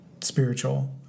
spiritual